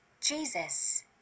Jesus